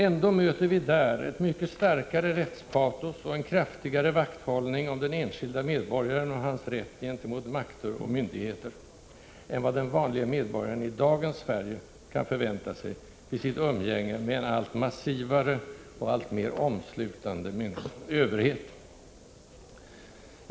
Ändå möter vi där ett mycket starkare rättspatos och en kraftigare vakthållning om den vanlige medborgaren och hans rätt gentemot makter och myndigheter än vad den vanlige medborgaren i dagens Sverige kan förvänta sig vid sitt umgänge med en allt massivare och alltmer omslutande överhet.